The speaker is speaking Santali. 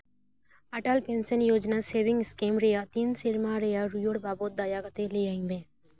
ᱚᱴᱚᱞ ᱯᱮᱱᱥᱚᱱ ᱡᱳᱡᱚᱱᱟ ᱥᱮᱵᱷᱤᱝᱥ ᱥᱠᱤᱢ ᱨᱮᱭᱟᱜ ᱛᱤᱱ ᱥᱮᱨᱢᱟ ᱨᱮᱭᱟᱜ ᱨᱩᱣᱟᱹᱲ ᱵᱟᱵᱚᱫ ᱫᱟᱭᱟ ᱠᱟᱛᱮ ᱞᱟᱹᱭᱟᱹᱧ ᱢᱮ